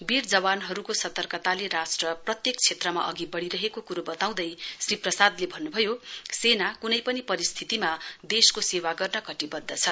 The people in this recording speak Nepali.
वीर जवानहरुको सतर्कताले राष्ट्र प्रत्येक क्षेत्रमा अघि वढ़िरहेको कुरे वताउँदै श्री प्रसादले भन्नुभयो सेना कुनै पनि परिस्थितीमा देशको सेवा गर्न कटिवध्द छ